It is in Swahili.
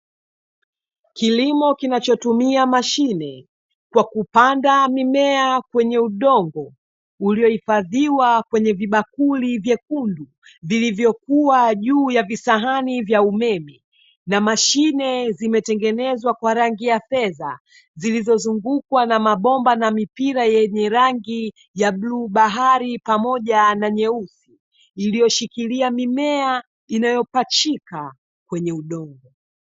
Kilimo kinachotumia mashine kwa kupanda mimea kwenye udongo uliohifadhiwa kwenye vibakuli vyekunduvilivyokua juu ya visahani vya umeme, na mashine zimetengenzwa kwa rangi ya fedha zilizozungukwa na mabomba na mipira yenye rangi ya bluu bahari pamoja na nyeusi iliyoshikilia mimea inayopachika kwenye udongo.